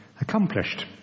accomplished